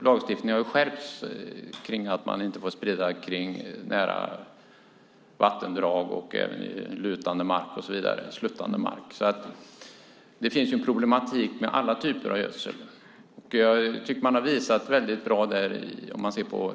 Lagstiftningen har skärpts när det gäller att man inte får sprida gödsel nära vattendrag, på sluttande mark och så vidare. Det finns problem med alla typer av gödsel. Projektet